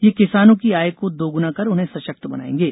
ये किसानों की आय को दोगुना कर उन्हें सशक्त बनाएंगे